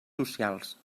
socials